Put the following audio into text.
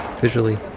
Visually